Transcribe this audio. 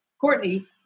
Courtney